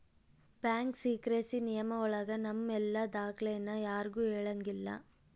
bank secrecy ನಿಯಮ ಒಳಗ ನಮ್ ಎಲ್ಲ ದಾಖ್ಲೆನ ಯಾರ್ಗೂ ಹೇಳಂಗಿಲ್ಲ